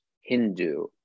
Hindu